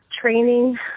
training